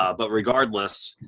ah but regardless,